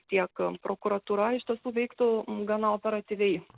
tiek prokuratūra iš tiesų veiktų gana operatyviai